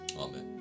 Amen